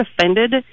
offended